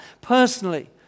Personally